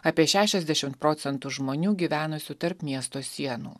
apie šešiasdešimt procentų žmonių gyvenusių tarp miesto sienų